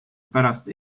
pärast